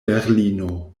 berlino